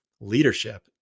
leadership